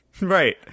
right